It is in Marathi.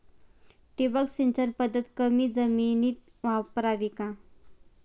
ठिबक सिंचन पद्धत कमी जमिनीत वापरावी का?